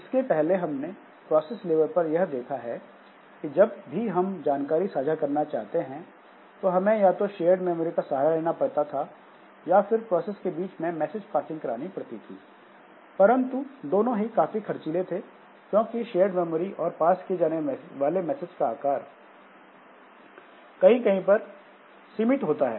इसके पहले हमने प्रोसेस लेवल पर यह देखा है कि जब भी हम जानकारी साझा करना चाहते हैं तो हमें या तो शेयर्ड मेमोरी का सहारा लेना पड़ता था या फिर प्रोसेस के बीच में मैसेज पासिंग करानी पड़ती थी परंतु दोनों ही काफी खर्चीले थे क्योंकि शेयर्ड मेमोरी और पास किए जाने वाले मैसेज का आकार सीमित होता है